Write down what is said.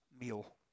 meal